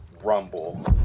rumble